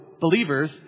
believers